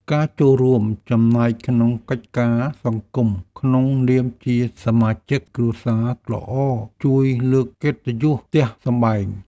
ការចូលរួមចំណែកក្នុងកិច្ចការសង្គមក្នុងនាមជាសមាជិកគ្រួសារល្អជួយលើកកិត្តិយសផ្ទះសម្បែង។